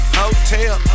hotel